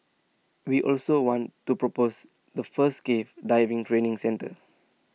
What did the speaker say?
we also want to propose the first cave diving training centre